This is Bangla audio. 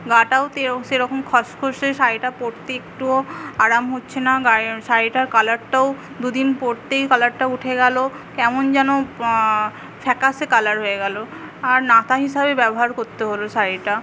গাটাও সেরকম খসখসে শাড়িটা পড়তে একটুও আরাম হচ্ছেনা গায়ে শাড়িটার কালারটাও দুদিন পরতেই কালারটা উঠে গেলো কেমন যেন ফ্যাকাসে কালার হয়ে গেলো আর নাতা হিসেবে ব্যবহার করতে হলো শাড়িটা